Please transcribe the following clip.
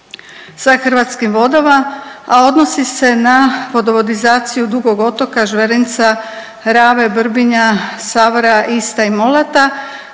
sa Hrvatskim vodama, a odnosi se na vodovodizaciju Dugog otoka, Žverinca, Rave, Vrbinja, Savara, Ista i Molata